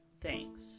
thanks